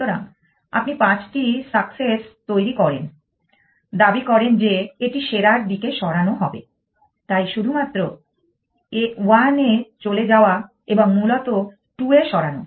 সুতরাং আপনি পাঁচটি সাকসেস তৈরি করেন দাবি করেন যে এটি সেরার দিকে সরান হবে তাই শুধুমাত্র 1 এ চলে যাওয়া এবং মূলত 2 এ সরানো